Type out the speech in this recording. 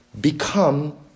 become